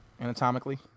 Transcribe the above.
Anatomically